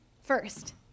first